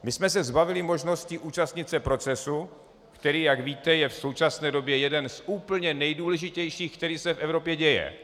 My jsme se zbavili možnosti účastnit se procesu, který, jak víte, je v současné době jeden z úplně nejdůležitějších, které se v Evropě dějí.